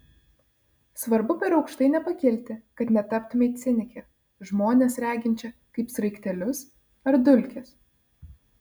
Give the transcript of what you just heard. svarbu per aukštai nepakilti kad netaptumei cinike žmones reginčia kaip sraigtelius ar dulkes